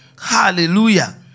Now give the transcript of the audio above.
Hallelujah